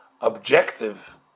objective